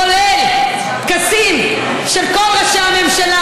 כולל טקסים של כל ראשי הממשלה,